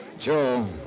Joe